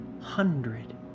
hundred